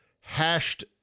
hashed